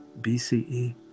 BCE